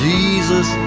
Jesus